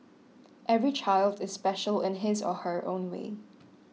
every child is special in his or her own way